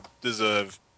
deserve